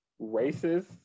racist